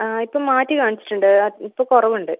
ആ ഇപ്പം മാറ്റി കാണിച്ചിട്ടുണ്ട് ഇപ്പം കുറവുണ്ട്